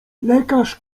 lekarz